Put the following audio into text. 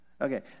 Okay